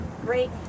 great